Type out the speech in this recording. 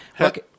Okay